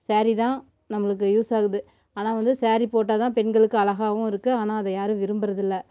சேரீ தான் நம்மளுக்கு யூஸ் ஆகுது ஆனால் வந்து சேரீ போட்டால் தான் பெண்களுக்கு அழகாகவும் இருக்குது ஆனால் அதை யாரும் விரும்புறதில்லை